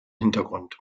hintergrund